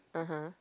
(uh huh)